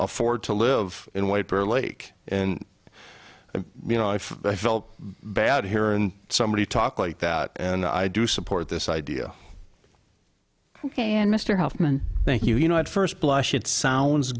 afford to live in white bear lake and you know if i felt bad here and somebody talk like that and i do support this idea ok and mr hoffman thank you you know at first blush it sounds